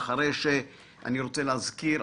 אני רוצה להזכיר,